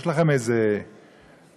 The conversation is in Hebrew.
יש לכם איזה מסמך?